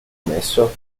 nesso